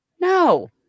No